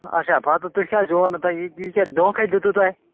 اَچھا پَتہٕ تُہۍ کیٛازِ ٲو نہٕ تۄہہِ یہِ یہِ کیٛاہ دھونٛکھَے دیُتوٕ تۄہہِ